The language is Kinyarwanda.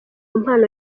mpano